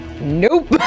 Nope